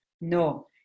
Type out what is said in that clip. No